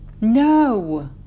No